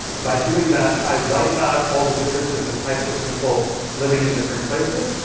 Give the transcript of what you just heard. by doing that, i wipe out all the differences and the types of people living in different places.